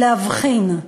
להבחין,